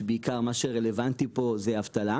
כאשר מה שבעיקר רלוונטי פה זה האבטלה.